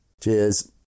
Cheers